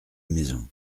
maison